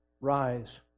Rise